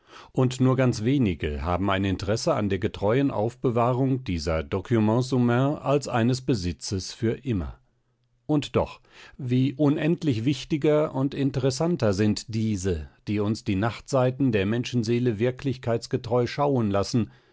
und nur ganz wenige haben ein interesse an der getreuen aufbewahrung dieser documents humains als eines besitzes für immer und doch wie unendlich wichtiger und interessanter sind diese die uns die nachtseiten der menschenseele wirklichkeitsgetreu schauen lassen